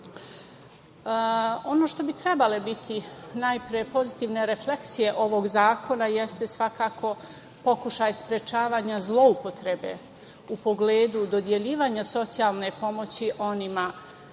što bi trebale biti najpre pozitive refleksije ovog zakona jeste svakako pokušaj sprečavanja zloupotrebe u pogledu dodeljivanja socijalne pomoći onima